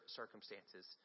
circumstances